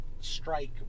strike